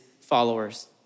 followers